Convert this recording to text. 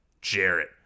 Jarrett